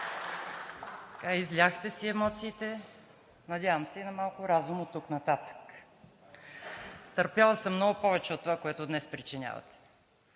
изляхте си емоциите. Надявам се и на малко разум оттук нататък. Търпяла съм много повече от това, което днес причинявате.